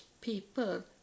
people